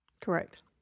Correct